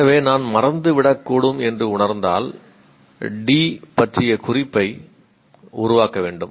எனவே நான் மறந்துவிடக்கூடும் என்று உணர்ந்தால் D பற்றிய ஒரு குறிப்பை உருவாக்க வேண்டும்